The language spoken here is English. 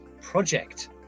project